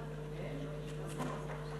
2013. אני מתכבד לפתוח את ישיבת הכנסת.